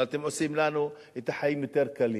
אבל אתם עושים לנו את החיים יותר קלים.